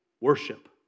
worship